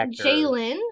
Jalen